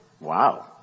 wow